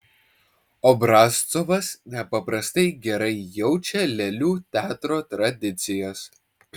obrazcovas nepaprastai gerai jaučia lėlių teatro tradicijas